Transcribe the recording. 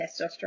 testosterone